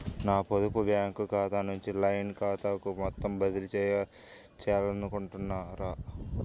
నా పొదుపు బ్యాంకు ఖాతా నుంచి లైన్ ఖాతాకు మొత్తం బదిలీ చేయాలనుకుంటున్నారా?